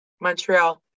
Montreal